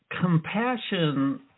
compassion